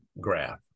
graph